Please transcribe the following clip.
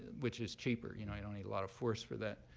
which is cheaper. you know you don't need a lot of force for that.